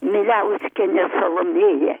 miliauskienė salomėja